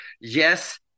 yes